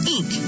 Inc